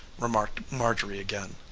remarked marjorie again.